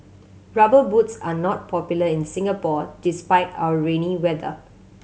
Rubber Boots are not popular in Singapore despite our rainy weather